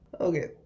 Okay